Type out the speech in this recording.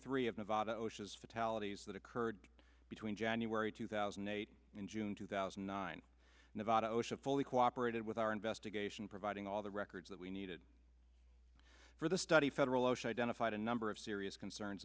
three of nevada osha's fatalities that occurred between january two thousand and eight in june two thousand and nine nevada osha fully cooperated with our investigation providing all the records that we needed for the study federal osha identified a number of serious concerns